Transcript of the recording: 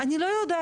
אני לא יודע.